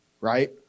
right